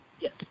Yes